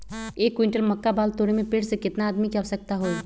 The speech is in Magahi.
एक क्विंटल मक्का बाल तोरे में पेड़ से केतना आदमी के आवश्कता होई?